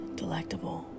delectable